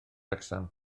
wrecsam